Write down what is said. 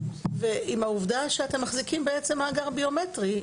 ועם העובדה שאתם מחזיקים בעצם מאגר ביומטרי,